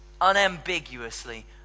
unambiguously